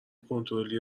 کنترلی